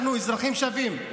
אנחנו אזרחים שווים.